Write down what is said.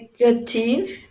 negative